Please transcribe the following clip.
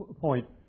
point